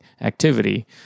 activity